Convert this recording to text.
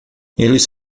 eles